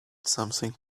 something